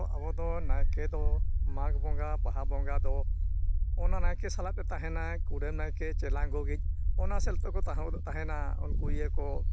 ᱟᱵᱚ ᱫᱚ ᱱᱟᱭᱠᱮ ᱫᱚ ᱢᱟᱜᱽ ᱵᱚᱸᱜᱟ ᱵᱟᱦᱟ ᱵᱚᱸᱜᱟ ᱫᱚ ᱚᱱᱟ ᱱᱟᱭᱠᱮ ᱥᱟᱞᱟᱜ ᱛᱮ ᱛᱟᱦᱮᱱᱟᱭ ᱠᱩᱰᱟᱹᱢ ᱱᱟᱭᱠᱮ ᱪᱮᱞᱟᱝ ᱜᱚᱜ ᱤᱡ ᱚᱱᱟ ᱥᱮᱫ ᱛᱮᱠᱚ ᱛᱟᱦᱮᱸ ᱫᱚᱠᱚ ᱛᱟᱦᱮᱱᱟ ᱱᱩᱠᱩ ᱤᱭᱟᱹ ᱠᱚ